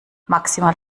maximal